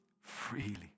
Freely